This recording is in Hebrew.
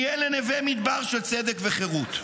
יהיה לנווה מדבר של צדק וחירות,